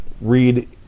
read